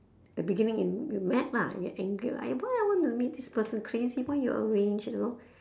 the beginning you you met lah you angry [what] !aiya! why I want to meet this person crazy why you arrange you know